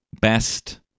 Best